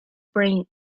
bring